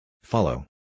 Follow